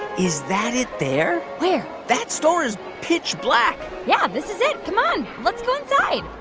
is that it there? where? that store is pitch black yeah. this is it. come on. let's go inside.